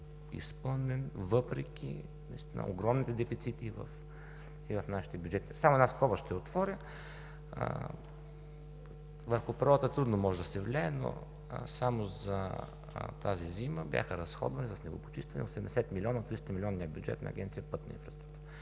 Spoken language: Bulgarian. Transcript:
изпълнен, въпреки огромните дефицити и в нашите бюджети. Само една скоба ще отворя – върху природата трудно може да се влияе, но само за тази зима бяха разходвани за снегопочистване 80 милиона от 300-милионния бюджет на Агенция „Пътна инфраструктура“